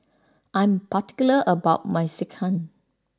I'm particular about my Sekihan